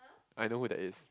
I know who that is